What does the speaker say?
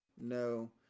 no